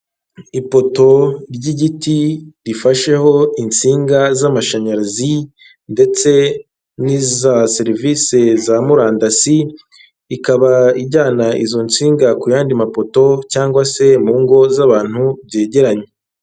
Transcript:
Ipoto ry'igiti rifasheho insinga z'amashanyarazi ndetse n'iza serivisi za murandasi, ikaba ijyana izo nsinga ku yandi mapoto cyangwa se mu ngo z'abantu byegeranye.